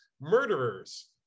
murderers